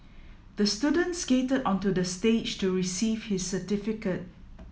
the student skated onto the stage to receive his certificate